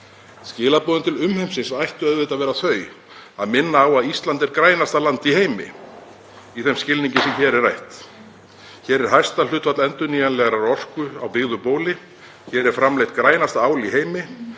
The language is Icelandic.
Skilaboðin til umheimsins ættu auðvitað að vera þau að minna á að Ísland er grænasta land í heimi, í þeim skilningi sem hér er rætt. Hér er hæsta hlutfall endurnýjanlegrar orku á byggðu bóli, hér er framleitt grænasta ál í heimi